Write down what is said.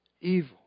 evil